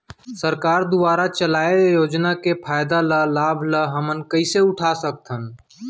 सरकार दुवारा चलाये योजना के फायदा ल लाभ ल हमन कइसे उठा सकथन?